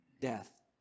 death